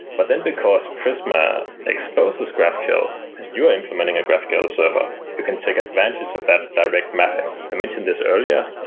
but then because prisma exposes graphql and you're implementing a graphql server, you can take advantage of that direct mapping. i mentioned this earlier.